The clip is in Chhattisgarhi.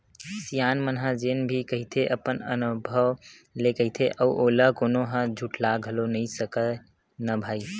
सियान मन ह जेन भी कहिथे अपन अनभव ले कहिथे अउ ओला कोनो ह झुठला घलोक नइ सकय न भई